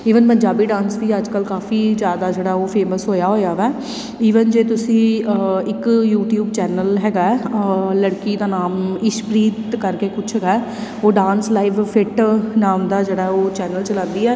even Punjabi dance ਦੀ ਅੱਜ ਕੱਲ੍ਹ ਕਾਫੀ ਜ਼ਿਆਦਾ ਜਿਹੜਾ ਉਹ ਫੇਮਸ ਹੋਇਆ ਹੋਇਆ ਵਾ ਈਵਨ ਜੇ ਤੁਸੀਂ ਇੱਕ ਯੂਟੀਊਬ ਚੈਨਲ ਹੈਗਾ ਲੜਕੀ ਦਾ ਨਾਮ ਇਸ਼ਪ੍ਰੀਤ ਕਰਕੇ ਕੁਛ ਹੈਗਾ ਉਹ ਡਾਂਸ ਲਾਈਵ ਫਿਟ ਨਾਮ ਦਾ ਜਿਹੜਾ ਉਹ ਚੈਨਲ ਚਲਾਉਂਦੀ ਹੈ